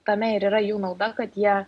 tame ir yra jų nauda kad jie